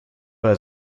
bei